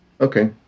Okay